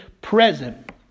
present